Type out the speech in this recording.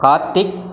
Karthik